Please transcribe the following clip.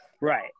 Right